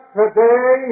today